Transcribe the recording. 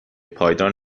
پایدار